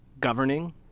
governing